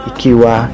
Ikiwa